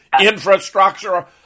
infrastructure